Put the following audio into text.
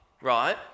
right